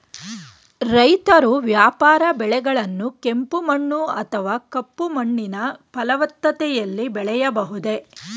ರೈತರು ವ್ಯಾಪಾರ ಬೆಳೆಗಳನ್ನು ಕೆಂಪು ಮಣ್ಣು ಅಥವಾ ಕಪ್ಪು ಮಣ್ಣಿನ ಫಲವತ್ತತೆಯಲ್ಲಿ ಬೆಳೆಯಬಹುದೇ?